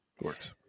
works